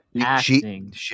acting